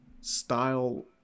style